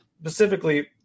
specifically